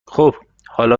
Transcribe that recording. خوب، حالا